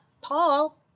Paul